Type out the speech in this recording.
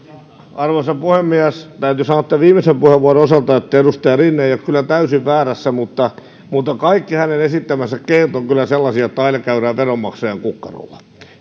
arvoisa puhemies täytyy sanoa viimeisen puheenvuoron osalta että edustaja rinne ei ole kyllä täysin väärässä mutta kaikki hänen esittämänsä keinot ovat kyllä sellaisia että aina käydään veronmaksajan kukkarolla